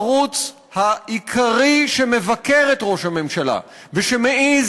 הערוץ העיקרי שמבקר את ראש הממשלה ושמעז